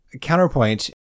Counterpoint